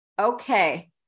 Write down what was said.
Okay